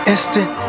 Instant